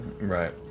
Right